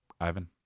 Ivan